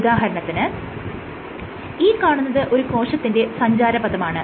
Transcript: ഉദാഹരണത്തിന് ഈ കാണുന്നത് ഒരു കോശത്തിന്റെ സഞ്ചാരപഥമാണ്